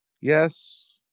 yes